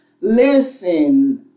listen